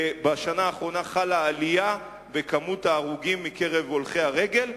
ובשנה האחרונה חלה עלייה במספר ההרוגים מקרב הולכי הרגל.